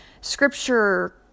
scripture